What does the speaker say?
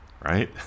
Right